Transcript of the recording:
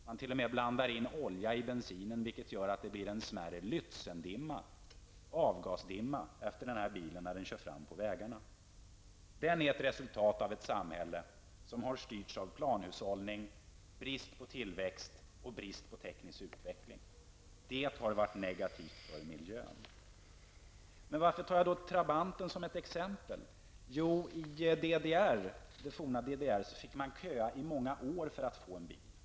Man till och med blandar in olja i bensinen, vilket gör att det blir en smärre Lützendimma av avgaserna när denna bil kör fram på vägarna. Den är ett resultat av ett samhälle som styrts av planhushållning, brist på tillväxt och brist på teknisk utveckling. Det har varit negativt för miljön. Varför tar jag Trabanten som exempel? Jo, i det forna DDR fick man köa i många år för att få en bil.